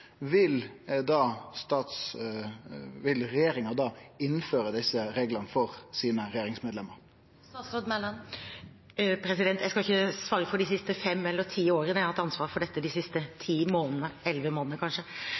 vil da regjeringa innføre desse reglane for sine regjeringsmedlemer? Jeg skal ikke svare for de siste fem eller ti årene – jeg har hatt ansvar for dette de siste ti månedene, elleve månedene kanskje.